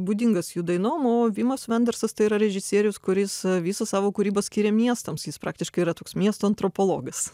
būdingas jų dainom o vimas vendersas tai yra režisierius kuris visą savo kūrybą skyrė miestams jis praktiškai yra toks miesto antropologas